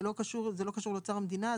זה לא קשור לאוצר המדינה,